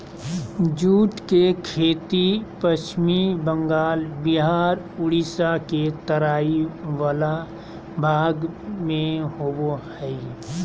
jute के खेती पश्चिम बंगाल बिहार उड़ीसा के तराई वला भाग में होबो हइ